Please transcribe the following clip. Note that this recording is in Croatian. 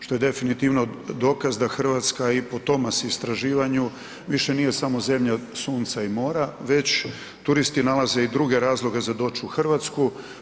Što je definitivno dokaz da Hrvatska i po Tomas istraživanju više nije samo zemlja sunca i mora već turisti nalaze i druge razloge za doći u Hrvatsku.